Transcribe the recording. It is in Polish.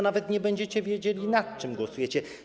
Nawet nie będziecie wiedzieli, nad czym głosujecie.